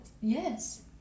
yes